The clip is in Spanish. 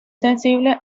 sensible